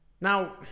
Now